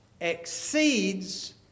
exceeds